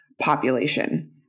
population